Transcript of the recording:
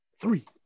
three